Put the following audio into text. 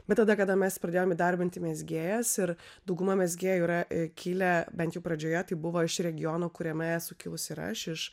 bet tada kada mes pradėjom įdarbinti mezgėjas ir dauguma mezgėjų yra kilę bent jau pradžioje tai buvo iš regiono kuriame esu kilus ir aš iš